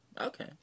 Okay